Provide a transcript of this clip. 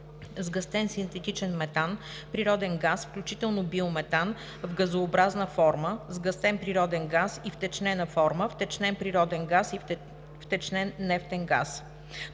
сгъстен синтетичен метан, природен газ, включително биометан, в газообразна форма (сгъстен природен газ) и втечнена форма (втечнен природен газ и втечнен нефтен газ).“;